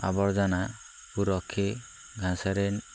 ଆବର୍ଜନା କୁ ରଖି ଘାସରେ